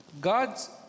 God's